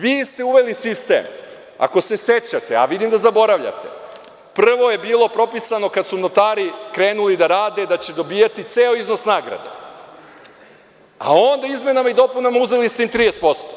Vi ste uveli sistem, ako se sećate, a vidim da zaboravljate, prvo je bilo propisano kada su notari krenuli da rade da će dobijati deo iznos nagrade, a onda izmenama i dopunama uzeli ste im 30%